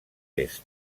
est